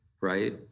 right